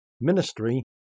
ministry